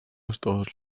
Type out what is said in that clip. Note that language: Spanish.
todos